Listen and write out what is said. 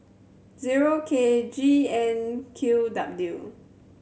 zero K G N Q W